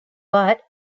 but